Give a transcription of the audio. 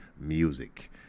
Music